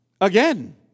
Again